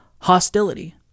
hostility